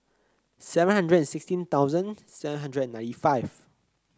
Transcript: seven hundred sixteen thousand seven hundred and ninety five